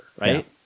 Right